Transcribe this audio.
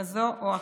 כזאת או אחרת.